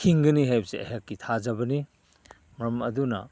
ꯍꯤꯡꯒꯅꯤ ꯍꯥꯏꯕꯁꯦ ꯑꯩꯍꯥꯛꯀꯤ ꯊꯥꯖꯕꯅꯤ ꯃꯔꯝ ꯑꯗꯨꯅ